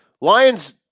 Lions